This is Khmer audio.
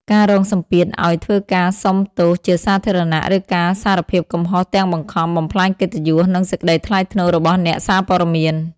ការរងសម្ពាធឱ្យធ្វើការសុំទោសជាសាធារណៈ ឬការសារភាពកំហុសទាំងបង្ខំ បំផ្លាញកិត្តិយស និងសេចក្តីថ្លៃថ្នូររបស់អ្នកសារព័ត៌មាន។